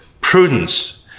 prudence